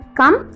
come